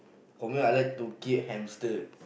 for me I like to keep hamster